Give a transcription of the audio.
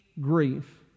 grief